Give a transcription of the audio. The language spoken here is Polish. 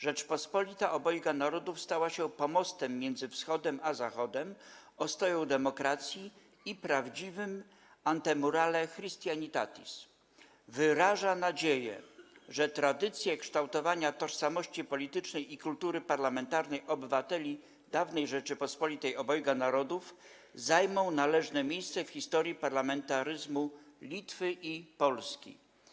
Rzeczpospolita Obojga Narodów stała się pomostem pomiędzy Wschodem a Zachodem, ostoją demokracji i prawdziwym Antemurale Christianitatis; wyraża nadzieję, że tradycje kształtowania tożsamości politycznej i kultury parlamentarnej obywateli dawnej Rzeczypospolitej Obojga Narodów zajmą należne miejsce w historii parlamentaryzmu Litwy i Polski”